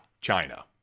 China